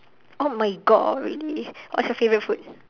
oh my god really what's your favorite food